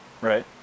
right